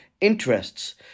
interests